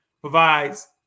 provides